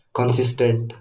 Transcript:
consistent